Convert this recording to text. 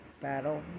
battle